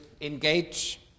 engage